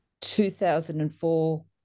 2004